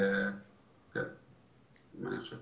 ואחת הדוגמאות הפשוטות זה העתירה שהוגשה